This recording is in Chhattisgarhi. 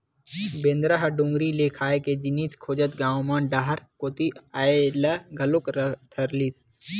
बेंदरा ह डोगरी ले खाए के जिनिस खोजत गाँव म डहर कोती अये ल घलोक धरलिस